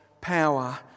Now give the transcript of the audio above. power